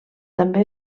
també